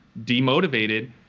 demotivated